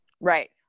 Right